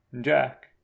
Jack